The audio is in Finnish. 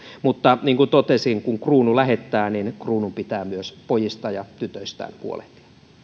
mutta niin kuin totesin kun kruunu lähettää niin kruunun pitää myös pojistaan ja tytöistään huolehtia